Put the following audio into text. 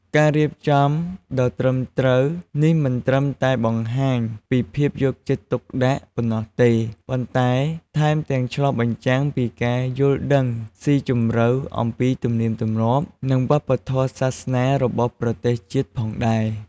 ការរៀបចំដ៏ត្រឹមត្រូវនេះមិនត្រឹមតែបង្ហាញពីភាពយកចិត្តទុកដាក់ប៉ុណ្ណោះទេ ប៉ុន្តែថែមទាំងឆ្លុះបញ្ចាំងពីការយល់ដឹងស៊ីជម្រៅអំពីទំនៀមទម្លាប់ និងវប្បធម៌សាសនារបស់ប្រទេសជាតិផងដែរ។